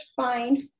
find